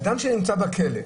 אדם שנמצא בכלא,